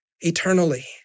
eternally